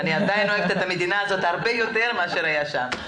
אני עדיין אוהבת את המדינה הזאת הרבה יותר מאשר היה שם.